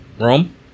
Rome